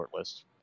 shortlist